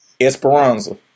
Esperanza